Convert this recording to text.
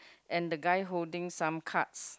and the guy holding some cards